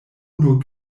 nur